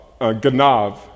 Ganav